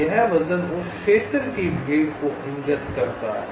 यह वजन उस क्षेत्र की भीड़ को इंगित करता है